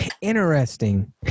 Interesting